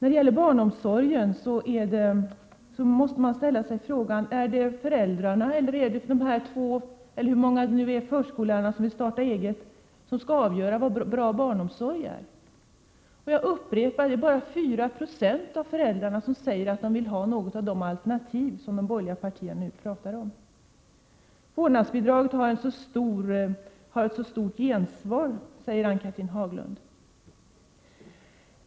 Beträffande barnomsorgen måste man ställa sig frågan: Är det föräldrarna eller de förskollärare som vill starta eget som skall avgöra vad bra barnomsorg är? Jag upprepar att det bara är 4 96 av föräldrarna som säger att de vill ha något av de alternativ som de borgerliga partierna nu pratar om. Vårdnadsbidraget har ett så stort gensvar, säger Ann-Cathrine Haglund.